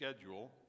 schedule